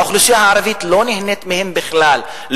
האוכלוסייה הערבית לא נהנית מהם בכלל,